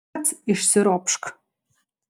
pats išsiropšk